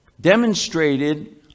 demonstrated